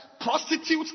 prostitutes